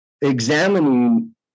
examining